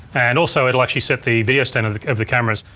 and also it'll actually set the video standard of the cameras.